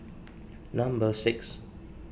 number six